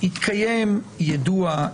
יתקיים יידוע,